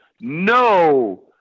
no